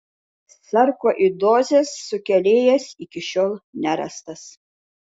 sarkoidozės sukėlėjas iki šiol nerastas